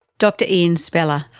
dr ian speller,